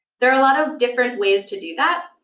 there are a lot of different ways to do that.